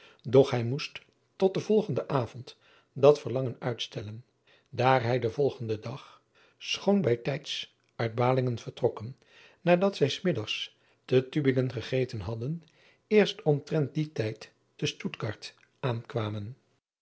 hij moest tot den volgenden avond dat verlangen uitstellen daar zij den volgenden dag schoon bij tijds uit ahlingen vertrokken nadat zij s middags te ubingen gegeten hadden eerst omtrent dien tijd te tuttgard aankwamen